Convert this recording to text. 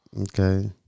Okay